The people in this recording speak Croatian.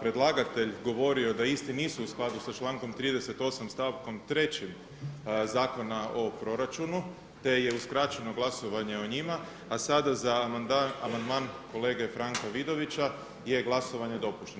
predlagatelj govorio da isti nisu u skladu s člankom 38. stavkom 3. Zakona o proračunu te je uskraćeno glasovanje o njima, a sada za amandman kolege Franka Vidovića je glasovanje dopušteno.